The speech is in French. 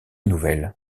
nouvelle